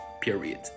period